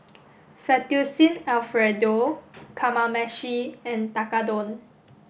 Fettuccine Alfredo Kamameshi and Tekkadon